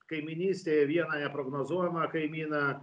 kaimynystėj vieną neprognozuojamą kaimyną